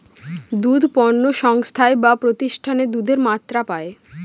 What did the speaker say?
দুধ পণ্য সংস্থায় বা প্রতিষ্ঠানে দুধের মাত্রা পায়